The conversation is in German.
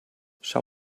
schau